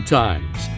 times